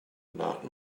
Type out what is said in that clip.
not